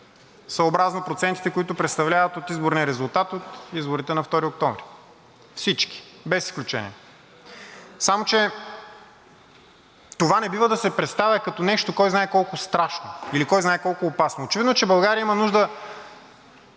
съобразно процентите, които представляват от изборния резултат от изборите на 2 октомври – всички без изключение. Само че това не бива да се представя като нещо кой знае колко страшно или кой знае колко опасно. Очевидно е, че България има нужда